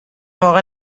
واقعا